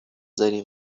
داریم